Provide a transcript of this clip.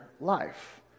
life